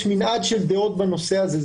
יש מנעד דעות בנושא הזה.